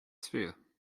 sphere